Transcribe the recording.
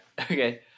Okay